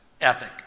ethic